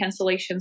cancellations